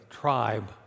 tribe